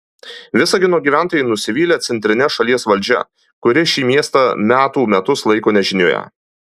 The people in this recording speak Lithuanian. visagino gyventojai nusivylę centrine šalies valdžia kuri šį miestą metų metus laiko nežinioje